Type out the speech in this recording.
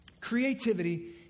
Creativity